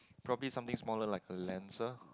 probably something smaller like a Lancer